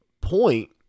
point